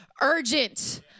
urgent